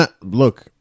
look